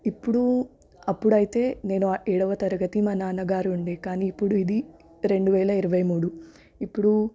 ఇప్పుడూ అప్పుడయితే నేను ఏడవ తరగతి మా నాన్నగారు ఉండే కానీ ఇప్పుడు ఇది రెండు వేల ఇరవై మూడు ఇప్పుడూ